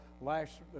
last